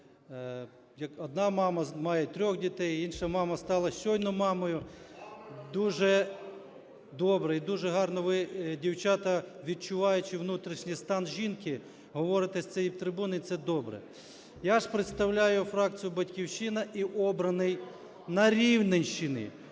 Одна мама має трьох дітей, інша мама стала щойно мамою. Дуже добре і дуже гарно ви, дівчата, відчуваючи внутрішній стан жінки, говорите з цієї трибуни, це добре. Я ж представляю фракцію "Батьківщина" і обраний на Рівненщині.